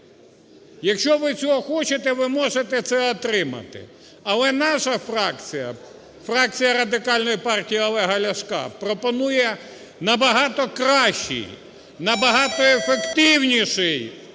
Якщо ви цього хочете ви можете це отримати. Але наша фракція, фракція Радикальної партії Олега Ляшка, пропонує набагато кращий, набагато ефективніший